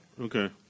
Okay